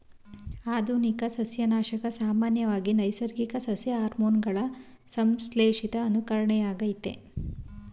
ಆಧುನಿಕ ಸಸ್ಯನಾಶಕ ಸಾಮಾನ್ಯವಾಗಿ ನೈಸರ್ಗಿಕ ಸಸ್ಯ ಹಾರ್ಮೋನುಗಳ ಸಂಶ್ಲೇಷಿತ ಅನುಕರಣೆಯಾಗಯ್ತೆ